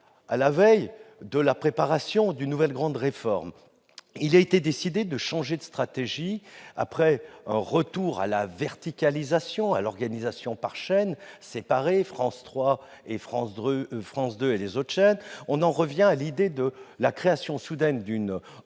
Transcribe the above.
à la veille de la préparation d'une nouvelle grande réforme. Il a été décidé de changer de stratégie : après un retour à la verticalisation et à l'organisation par chaînes séparées- France 2, France 3 et les autres chaînes -, on en revient à l'idée de la création soudaine d'une organisation